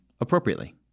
appropriately